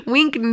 Wink